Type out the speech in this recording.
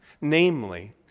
Namely